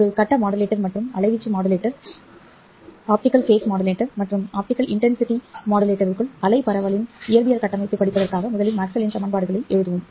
ஒரு கட்ட மாடுலேட்டர் மற்றும் அலைவீச்சு மாடுலேட்டர் ஆப்டிகல் ஃபேஸ் மாடுலேட்டர் மற்றும் ஆப்டிகல் இன்டென்சிட்டி மாடுலேட்டருக்குள் அலை பரவலின் இயற்பியல் கட்டமைப்பைப் படிப்பதற்காக முதலில் மேக்ஸ்வெல்லின் சமன்பாடுகளை எழுதுவோம்